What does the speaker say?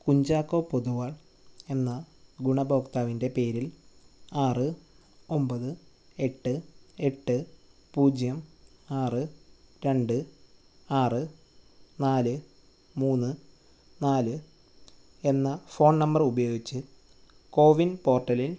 കുഞ്ചാക്കോ പൊതുവാൾ എന്ന ഗുണഭോക്താവിൻ്റെ പേരിൽ ആറ് ഒൻപത് എട്ട് എട്ട് പൂജ്യം ആറ് രണ്ട് ആറ് നാല് മൂന്ന് നാല് എന്ന ഫോൺ നമ്പറുപയോഗിച്ച് കോവിൻ പോർട്ടലിൽ